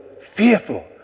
fearful